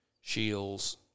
shields